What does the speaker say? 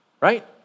right